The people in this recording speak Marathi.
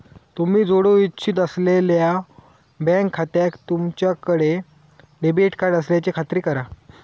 तुम्ही जोडू इच्छित असलेल्यो बँक खात्याक तुमच्याकडे डेबिट कार्ड असल्याची खात्री करा